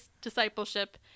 discipleship